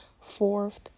Fourth